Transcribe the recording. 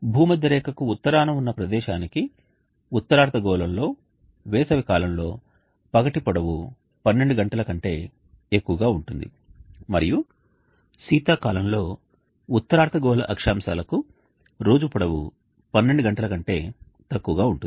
భూమధ్యరేఖకు ఉత్తరాన ఉన్న ప్రదేశానికి ఉత్తర అర్ధగోళంలో వేసవి కాలంలో పగటి పొడవు 12 గంటల కంటే ఎక్కువగా ఉంటుంది మరియు శీతాకాలంలో ఉత్తర అర్ధగోళ అక్షాంశాలకు రోజు పొడవు 12 గంటల కంటే తక్కువగా ఉంటుంది